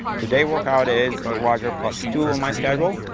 today workout is roger but so two on my schedule,